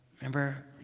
Remember